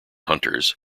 hunters